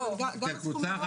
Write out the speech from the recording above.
לא, הסכומים.